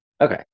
okay